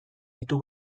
ditu